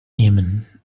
jemen